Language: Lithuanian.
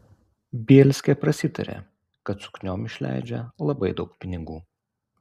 bielskė prasitarė kad sukniom išleidžia labai daug pinigų